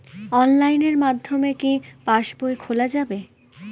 অনলাইনের মাধ্যমে কি পাসবই খোলা যাবে?